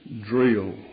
drill